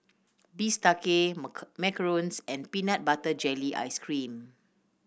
bistake macarons and peanut butter jelly ice cream